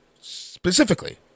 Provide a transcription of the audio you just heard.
specifically